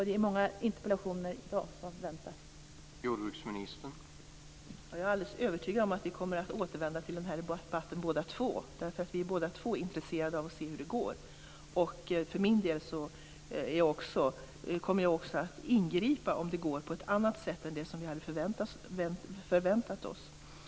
Det är många interpellationsdebatter som väntar i dag.